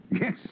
Yes